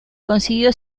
consiguió